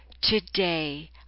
today